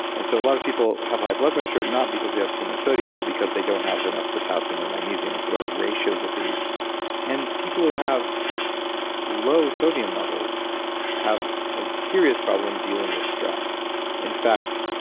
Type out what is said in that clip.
and so a lot of people have high blood pressure not because they have too much sodium but because they don't have enough potassium or magnesium. it's about ratios of these and people who have low sodium levels have a serious problem dealing with stress in fact,